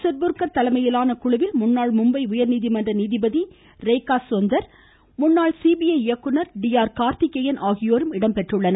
சிர்புர்கர் தலைமையிலான குழுவில் முன்னாள் மும்பை உயர்நீதிமன்ற நீதிபதி ரேகா சொந்தர் முன்னாள் சிபிஐ இயக்குநர் டி ஆர் கார்த்திகேயன் ஆகியோரும் இடம்பெற்றுள்ளனர்